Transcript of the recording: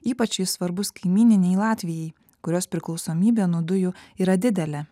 ypač jis svarbus kaimyninei latvijai kurios priklausomybė nuo dujų yra didelė